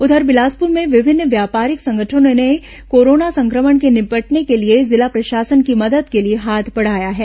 उधर बिलासपुर में विभिन्न व्यापारिक संगठनों ने कोरोना संक्रमण से निपटने के लिए जिला प्रशासन की मदद के लिए हाथ बढ़ाया है